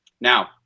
now